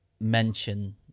mention